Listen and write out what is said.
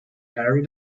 harry